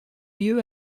lieu